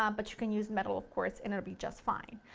um but you could use metal of course and it'll be just fine.